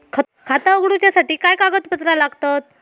खाता उगडूच्यासाठी काय कागदपत्रा लागतत?